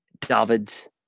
Davids